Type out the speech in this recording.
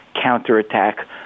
counterattack